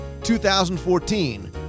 2014